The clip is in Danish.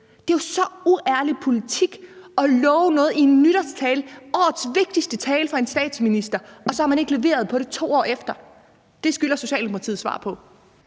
Det er jo så uærlig politik at love noget i en nytårstale, årets vigtigste tale fra en statsminister, og så ikke at have leveret på det 2 år efter. Det skylder Socialdemokratiet et svar på.